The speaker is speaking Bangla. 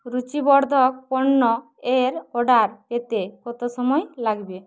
রূচিবর্ধক পণ্য এর অর্ডার পেতে কত সময় লাগবে